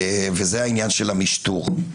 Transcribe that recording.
עניין המשטור.